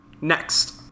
Next